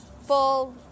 full